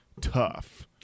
tough